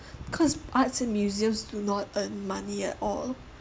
cause arts and museums do not earn money at all